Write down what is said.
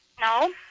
No